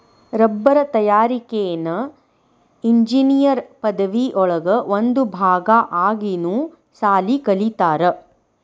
ರಬ್ಬರ ತಯಾರಿಕೆನ ಇಂಜಿನಿಯರ್ ಪದವಿ ಒಳಗ ಒಂದ ಭಾಗಾ ಆಗಿನು ಸಾಲಿ ಕಲಿತಾರ